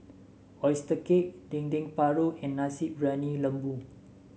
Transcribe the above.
oyster cake Dendeng Paru and Nasi Briyani Lembu